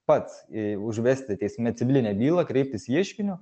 pats i užvesti teisme civilinę bylą kreiptis ieškiniu